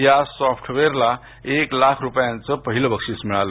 या सोफ्टवेअरला एक लाख रुपयां च पहिलं बक्षीस् मिळालं